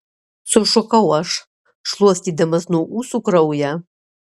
sušukau aš šluostydamas nuo ūsų kraują